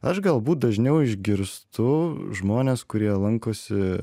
aš galbūt dažniau išgirstu žmones kurie lankosi